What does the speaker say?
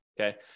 okay